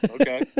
Okay